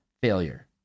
failure